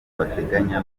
bateganya